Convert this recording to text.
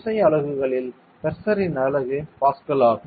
SI அலகுகளில் pressure இன் அலகு பாஸ்கல் ஆகும்